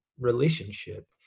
relationship